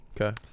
Okay